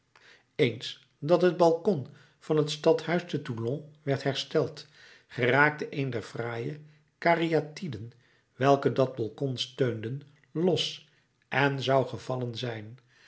eens dat het balkon van het stadhuis te toulon werd hersteld geraakte een der fraaie kariatiden welke dat balkon steunen los en zou gevallen zijn